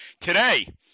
Today